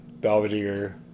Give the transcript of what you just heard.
Belvedere